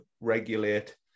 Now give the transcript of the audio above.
regulate